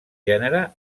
gènere